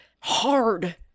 hard